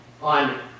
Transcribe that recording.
on